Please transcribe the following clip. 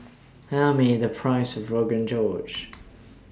Tell Me The Price of Rogan Josh